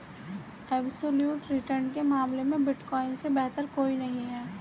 absolute return के मामले में बिटकॉइन से बेहतर कोई नहीं है